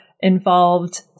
involved